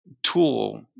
tool